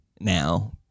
now